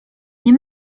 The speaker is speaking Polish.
nie